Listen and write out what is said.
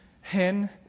Hen